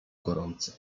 gorący